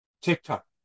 tiktok